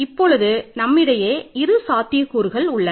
இப்பொழுது நம்மிடையே இரு சாத்தியக்கூறுகள் உள்ளன